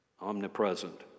omnipresent